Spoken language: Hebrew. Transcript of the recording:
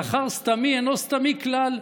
זכר סתמי אינו סתמי כלל,